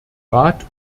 rat